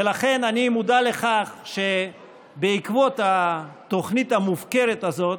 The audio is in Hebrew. ולכן אני מודע לכך שבעקבות התוכנית המופקרת הזאת